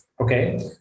okay